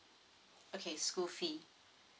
okay school fee